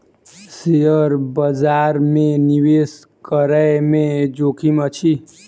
share बजार में निवेश करै में जोखिम अछि